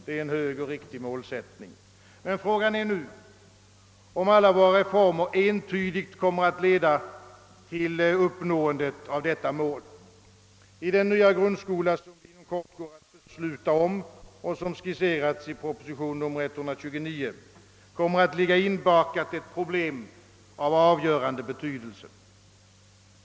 Det är en hög och riktig målsättning. Men frågan är nu om alla våra reformer entydigt kommer att leda till uppnående av detta mål. I den nya grundskola, som vi inom kort går att besluta om och som skisserats i proposition nr 129, kommer att ligga inbakat ett problem av avgörande betydelse.